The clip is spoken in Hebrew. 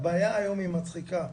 הבעיה היום היא מצחיקה.